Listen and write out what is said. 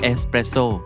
Espresso